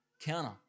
counter